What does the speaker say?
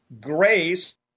grace